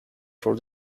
for